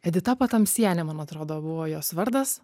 edita patamsienė man atrodo buvo jos vardas